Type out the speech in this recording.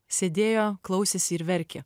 sėdėjo klausėsi ir verkė